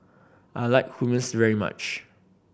I like Hummus very much